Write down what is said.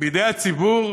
בידי הציבור